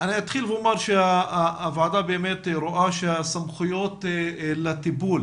אתחיל ואומר שהוועדה רואה שהסמכויות לטיפול